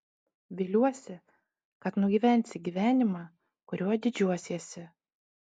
viliuosi kad nugyvensi gyvenimą kuriuo didžiuosiesi